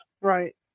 right